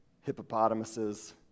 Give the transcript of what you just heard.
hippopotamuses